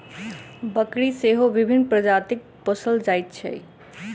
बकरी सेहो विभिन्न प्रजातिक पोसल जाइत छै